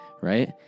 Right